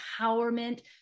empowerment